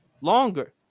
longer